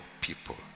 people